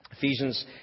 Ephesians